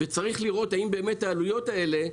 וצריך לראות האם באמת העלויות האלה,